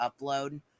upload